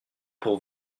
pour